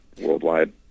worldwide